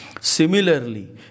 Similarly